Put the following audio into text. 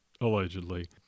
allegedly